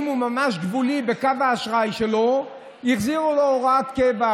ואם הוא ממש גבולי בקו האשראי שלו החזירו לו הוראת קבע,